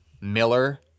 Miller